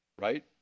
Right